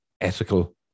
ethical